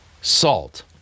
salt